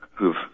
who've